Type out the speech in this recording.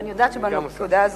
ואני יודעת שבנקודה הזאת,